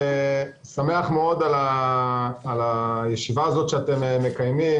אני שמח מאוד על הישיבה הזאת שאתם מקיימים,